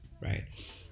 right